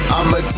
I'ma